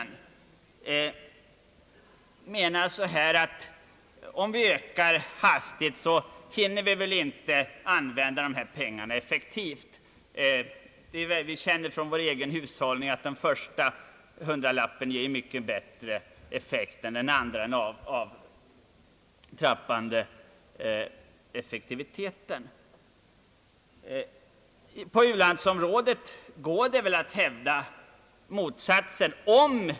Man menar då att om vi ökar utvecklingsbiståndet hastigt hinner inte pengarna komma till en effektiv användning. Vi vet ju från vår egen hushållning att de första hundralapparna har en mycket bättre effekt än de följande. På u-landsområdet går det att hävda motsatsen.